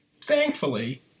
Thankfully